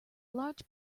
large